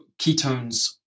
ketones